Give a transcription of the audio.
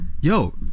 yo